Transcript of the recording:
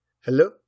hello